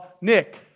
Nick